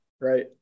Right